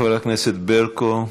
חברת הכנסת ברקו,